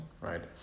right